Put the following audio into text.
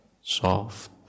soft